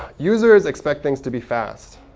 users expect things to be fast.